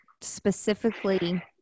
specifically